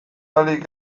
ahalik